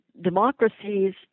democracies